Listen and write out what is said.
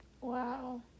Wow